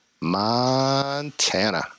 Montana